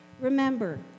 Remember